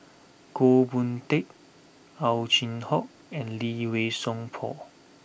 Goh Boon Teck Ow Chin Hock and Lee Wei Song Paul